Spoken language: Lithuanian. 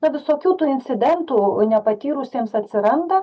na visokių tų incidentų nepatyrusiems atsiranda